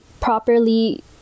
properly